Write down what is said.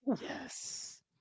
yes